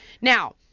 Now